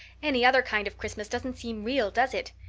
any other kind of christmas doesn't seem real, does it?